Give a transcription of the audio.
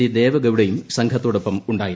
്യി ്ദേവഗൌഡയും സംഘത്തോടൊപ്പം ഉണ്ടായിരുന്നു